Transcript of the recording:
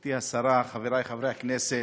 גברתי השרה, חברי חברי הכנסת,